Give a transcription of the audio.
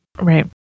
Right